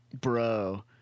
bro